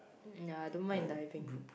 ya I don't mind diving